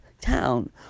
town